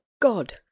God